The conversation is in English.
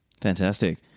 Fantastic